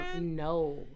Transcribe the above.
No